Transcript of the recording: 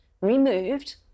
removed